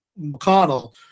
McConnell